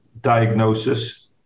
diagnosis